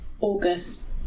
August